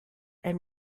and